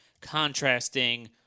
contrasting